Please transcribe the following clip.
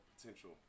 potential